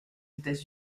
états